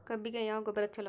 ಕಬ್ಬಿಗ ಯಾವ ಗೊಬ್ಬರ ಛಲೋ?